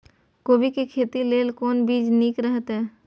कोबी के खेती लेल कोन बीज निक रहैत?